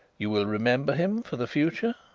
you will remember him for the future?